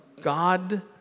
God